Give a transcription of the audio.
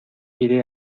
iré